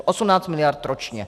18 mld. ročně.